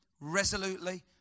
resolutely